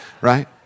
right